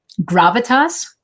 gravitas